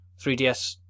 3DS